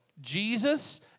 Jesus